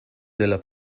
della